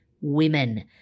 women